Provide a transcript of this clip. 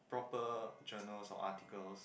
proper journals or articles